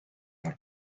that